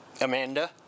Amanda